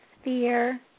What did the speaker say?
sphere